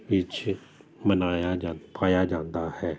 ਵਿੱਚ ਮਨਾਇਆ ਜਾ ਪਾਇਆ ਜਾਂਦਾ ਹੈ